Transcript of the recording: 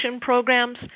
programs